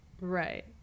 Right